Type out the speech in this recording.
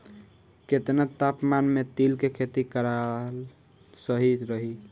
केतना तापमान मे तिल के खेती कराल सही रही?